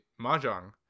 mahjong